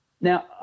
Now